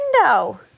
window